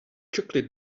chocolate